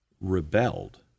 rebelled